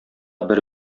бер